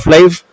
Life